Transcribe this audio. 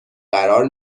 قرار